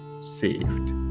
saved